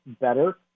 better